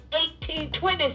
18.20